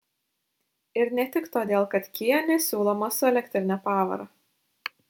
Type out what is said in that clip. ir ne tik todėl kad kia nesiūlomas su elektrine pavara